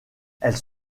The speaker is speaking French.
elles